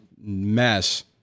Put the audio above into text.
mess